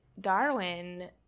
darwin